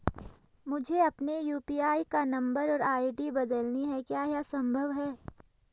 मुझे अपने यु.पी.आई का नम्बर और आई.डी बदलनी है क्या यह संभव है?